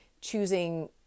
choosing